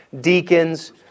deacons